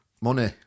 money